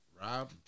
Rob